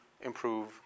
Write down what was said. improve